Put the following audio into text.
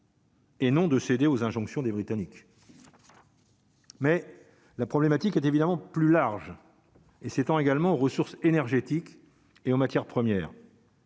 Et non de céder aux injonctions des Britanniques. Mais la problématique est évidemment plus large et s'étend également aux ressources énergétiques et en matières premières.